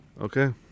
Okay